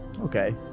Okay